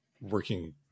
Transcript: working